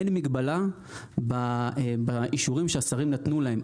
אין מגבלה באישורים שהשרים נתנו להם.